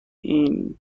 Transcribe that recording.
این